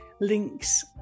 links